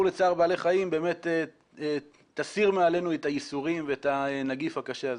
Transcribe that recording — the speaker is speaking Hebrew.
לצער בעלי חיים באמת תסיר מעלינו את הייסורים ואת הנגיף הקשה הזה.